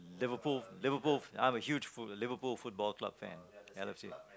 Liverpool Liverpool I'm a huge Liverpool Football Club fan L_F_C